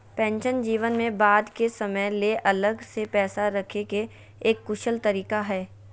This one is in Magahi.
पेंशन जीवन में बाद के समय ले अलग से पैसा रखे के एक कुशल तरीका हय